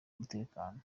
umutekano